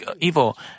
evil